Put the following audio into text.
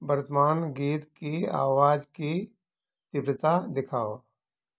वर्तमान गीत की आवाज की तीव्रता दिखाओ